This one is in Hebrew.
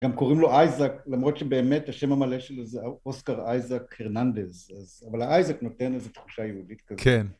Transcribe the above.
גם קוראים לו אייזק, למרות שבאמת השם המלא שלו זה אוסקר אייזק רננדז. אבל האייזק נותן איזו תחושה יהודית כזאת.